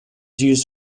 used